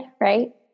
right